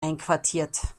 einquartiert